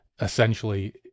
essentially